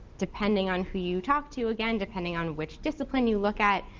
depending on who you talk to you, again, depending on which discipline you look at,